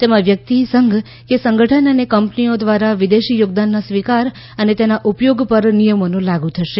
તેમાં વ્યક્તિ સંઘ કે સંગઠન અને કંપનીઓ દ્વારા વિદેશી યોગદાનના સ્વીકાર અને તેના ઉપયોગ પર નિયમનો લાગુ થશે